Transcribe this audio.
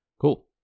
Cool